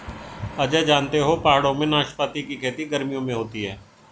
अजय जानते हो पहाड़ों में नाशपाती की खेती गर्मियों में होती है